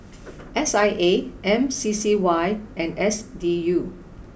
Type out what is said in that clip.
S I A M C C Y and S D U